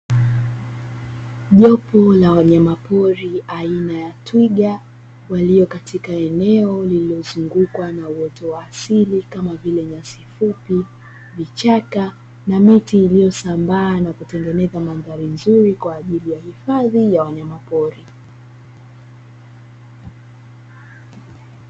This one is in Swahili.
Jopo la wanyama pori aina ya twiga walio katika eneo lililozungukwa na uoto wa asili kama vile: nyasi fupi, vichaka na miti iliyosambaa na kutengeneza mandhari nzuri kwa ajili ya hifadhi ya wanyama pori.